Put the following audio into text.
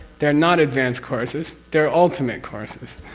they're not advanced courses, they're ultimate courses.